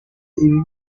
ibibi